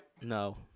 No